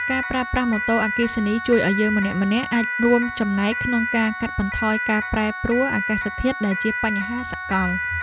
ការប្រើប្រាស់ម៉ូតូអគ្គិសនីជួយឱ្យយើងម្នាក់ៗអាចរួមចំណែកក្នុងការកាត់បន្ថយការប្រែប្រួលអាកាសធាតុដែលជាបញ្ហាសកល។